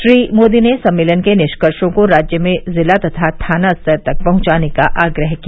श्री मोदी ने सम्मेलन के निष्कर्षो को राज्य में जिला तथा थाना स्तर तक पहुंचाने का आग्रह किया